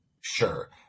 Sure